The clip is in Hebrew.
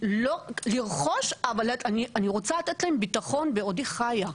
אבל אני רוצה שלתת להן ביטחון בעודי חיה.